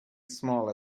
small